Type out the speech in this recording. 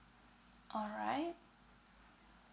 alright